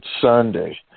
Sunday